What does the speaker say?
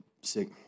Sick